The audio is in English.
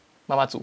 妈妈煮